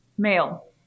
Male